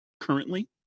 Currently